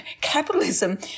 capitalism